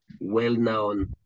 well-known